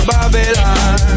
Babylon